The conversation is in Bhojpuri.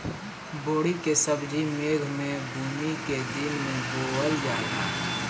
बोड़ी के सब्जी मेघ बूनी के दिन में बोअल जाला